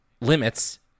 Limits